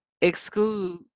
exclude